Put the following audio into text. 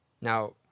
Now